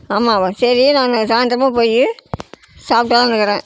ஆமாவா சரி நாங்கள் சாயந்தரமா போய் சாப்பிட தான் கேக்கிறேன்